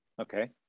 Okay